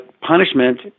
punishment